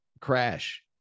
Crash